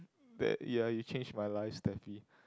that ye you changed my life Steffi